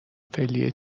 فعلی